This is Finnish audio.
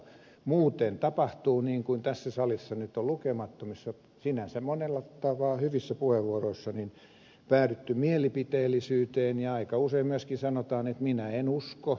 muuten tapahtuu niin kuin tässä salissa nyt on lukemattomissa sinänsä monella tavalla hyvissä puheenvuoroissa päädytty mielipiteellisyyteen ja aika usein myöskin sanotaan että minä en usko tai minä uskon